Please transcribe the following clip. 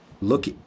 Look